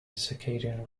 circadian